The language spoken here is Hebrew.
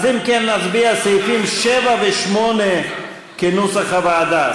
אז אם כן, נצביע על סעיפים 7 ו-8 כנוסח הוועדה.